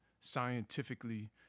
scientifically